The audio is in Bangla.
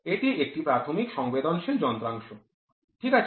এটি একটি প্রাথমিক সংবেদনশীল যন্ত্রাংশ ঠিক আছে